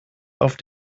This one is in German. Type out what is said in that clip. auf